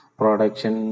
production